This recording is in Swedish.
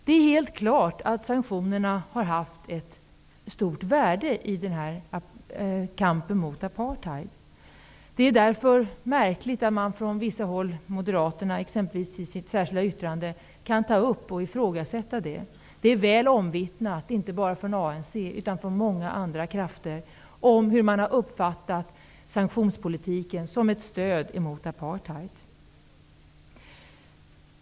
Det är helt klart att sanktionerna har haft ett stort värde i kampen mot apartheid. Därför är det märkligt att t.ex. moderaterna i sitt särskilda yttrande kan ta upp och ifrågasätta det. Det är väl omvittnat, inte bara från ANC utan även från många andra krafter, hur man har uppfattat sanktionspolitiken som ett stöd emot apartheid.